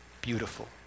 beautiful